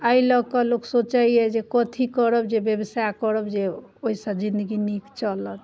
एहि लऽ कऽ लोक सोचैए जे कथी करब जे बेवसाइ करब जे ओहिसँ जिनगी नीक चलत